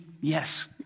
yes